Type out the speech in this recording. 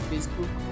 Facebook